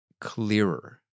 clearer